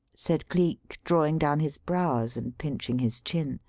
said cleek, drawing down his brows and pinching his chin.